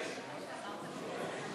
התשע"ז 2017,